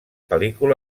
pel·lícula